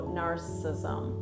narcissism